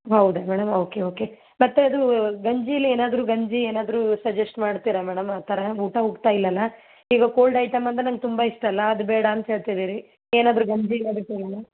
ಹೌದಾ madam okay okay ಮತ್ತೆ ಅದು ಗಂಜಿಲಿ ಏನಾದರು ಗಂಜಿ ಏನಾದರು ಸಜ್ಜೆಸ್ಟ್ ಮಾಡ್ತೀರಾ ಮೇಡಮ್ ಆ ಥರ ಊಟ ಹೋಗ್ತ ಇಲ್ಲಲಾ ಈಗ ಕೋಲ್ಡ್ ಐಟಮ್ ಅಂದರೆ ನಂಗೆ ತುಂಬಾ ಇಷ್ಟ ಅಲ್ಲಾ ಅದು ಬೇಡ ಅಂತ ಹೇಳ್ತಿದ್ದೀರಿ ಏನಾದರು ಗಂಜಿ ಬರೀತಿರಾ ಮಾಮ್